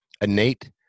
innate